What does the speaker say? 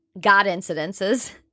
God-incidences